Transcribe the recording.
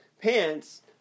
pants